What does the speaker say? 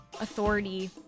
Authority